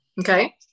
Okay